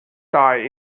tie